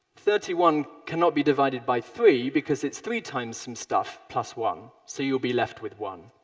thirty one cannot be divided by three because it's three times some stuff plus one, so you'll be left with one.